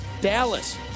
Dallas